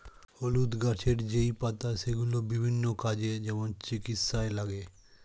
হলুদ গাছের যেই পাতা সেগুলো বিভিন্ন কাজে, যেমন চিকিৎসায় লাগে